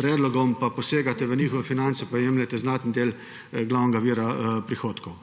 predlogom posegate v njihove finance pa jemljete znaten vir glavnega vira prihodkov.